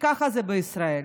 ככה זה בישראל.